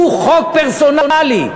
הוא חוק פרסונלי.